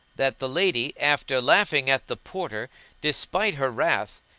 that the lady, after laughing at the porter despite her wrath,